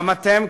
גם אתם,